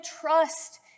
trust